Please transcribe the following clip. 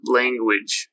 language